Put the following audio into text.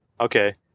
Okay